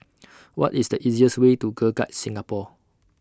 What IS The easiest Way to Girl Guides Singapore